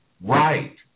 Right